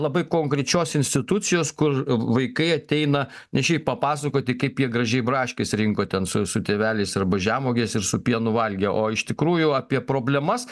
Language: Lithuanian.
labai konkrečios institucijos kur vaikai ateina ne šiaip papasakoti kaip jie gražiai braškės rinko ten su su tėveliais arba žemuoges ir su pienu valgė o iš tikrųjų apie problemas